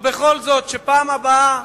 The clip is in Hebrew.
ובכל זאת, שבפעם הבאה,